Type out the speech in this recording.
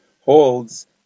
holds